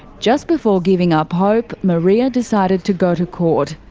just before giving up hope, maria decided to go to court,